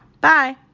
Bye